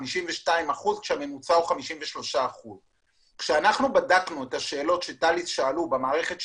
52% כשהממוצע הוא 53%. כשבדקנו את השאלות שטאליס שאלו במערכת שלנו,